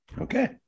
Okay